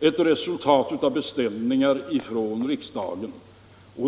ett resultat av beställningar från riksdagen.